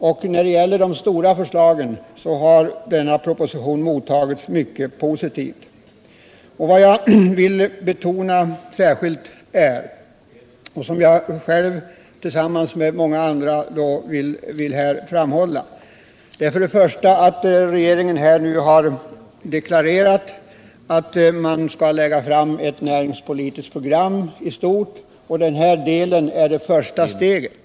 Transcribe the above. I fråga om de stora förslagen har denna proposition mottagits mycket positivt. Vad jag i likhet med många andra här särskilt vill betona är värdet av att regeringen nu har deklarerat att den skall lägga fram ett näringspolitiskt program i stort. Denna del är det första steget.